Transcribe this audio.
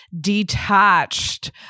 detached